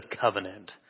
covenant